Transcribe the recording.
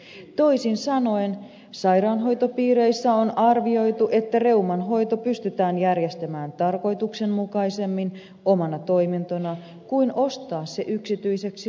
toisin sanoen sairaanhoitopiireissä on arvioitu että reuman hoito pystytään järjestämään tarkoituksenmukaisemmin omana toimintona kuin ostamalla se yksityiseksi luokiteltavasta reumasairaalasta